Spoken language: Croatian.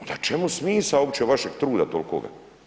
Onda čemu smisao uopće vašeg truda tolikoga?